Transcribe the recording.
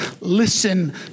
listen